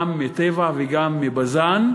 גם מ"טבע" וגם מ"בזן".